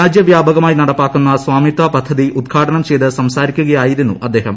രാജ്യവ്യാപകമായി നടപ്പാക്കുന്ന സ്വാമിത്വ പദ്ധതി ഉദ്ഘാടനം ചെയ്ത് സംസാരിക്കുകയായിരുന്നു അദ്ദേഹം